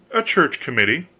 a church committee.